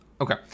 Okay